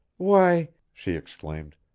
why! she exclaimed,